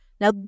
Now